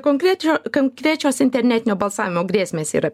konkrečio konkrečios internetinio balsavimo grėsmės yra